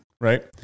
right